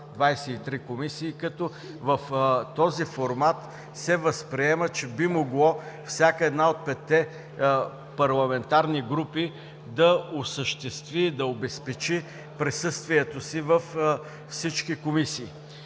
23 комисии, като в този формат се възприема, че би могло всяка една от петте парламентарни групи да осъществи, да обезпечи присъствието си във всички комисии.